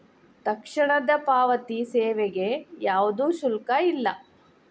ತಕ್ಷಣದ ಪಾವತಿ ಸೇವೆಗೆ ಯಾವ್ದು ಶುಲ್ಕ ಇಲ್ಲ